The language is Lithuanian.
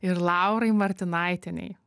ir laurai martinaitienei